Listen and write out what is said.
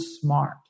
smart